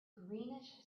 greenish